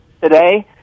today